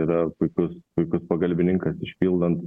yra puikus puikus pagalbininkas išpildant